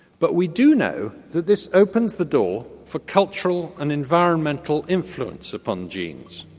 but we do know that this opens the door for cultural and environmental influence upon genes,